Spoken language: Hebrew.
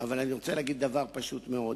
אבל אני רוצה להגיד דבר פשוט מאוד: